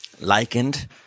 likened